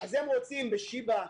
אז הם רוצים בשיבא,